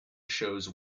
shows